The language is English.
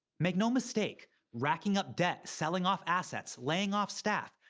make no mistake racking up debt, selling off assets, laying off staff,